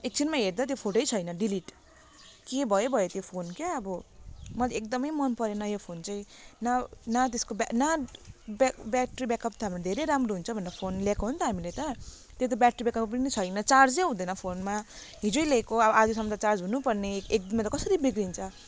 एकछिनमा हेर्दा त्यो फोटै छैन डिलिट के भयो भयो त्यो फोन क्या अब म त एकदमै मन परेन यो फोन चाहिँ न न त्यसको ब्या ना ब्या ब्याट्री ब्याक अप त अब धेरै राम्रो हुन्छ भनेर फोन ल्याएको हो नि त हामीले त त्यति ब्याट्री ब्याक अप पनि छैन चार्जै हुँदैन फोनमा हिजो लिएको अब आजसम्म त चार्ज हुनु पर्ने एकदिनमा त कसरी बिग्रन्छ